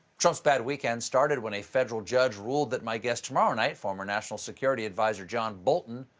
trump's bad weekend started when a federal judge ruled that my guest tomorrow night, former national security adviser john bolton,